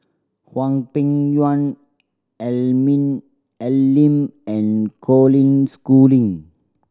Hwang Peng Yuan Al Lim and Colin Schooling